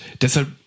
deshalb